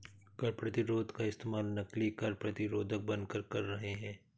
कर प्रतिरोध का इस्तेमाल नकली कर प्रतिरोधक बनकर कर रहे हैं